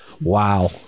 wow